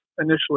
initially